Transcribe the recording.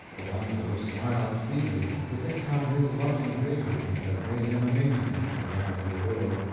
alonzo smiled feebly to think how his loving vagaries had made him a maniac in the eyes of the world,